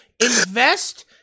Invest